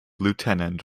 lieutenant